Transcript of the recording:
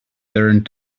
turned